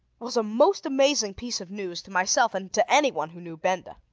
was a most amazing piece of news to myself and to anyone who knew benda.